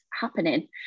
happening